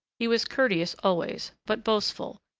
he was courteous always, but boastful,